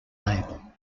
label